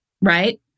right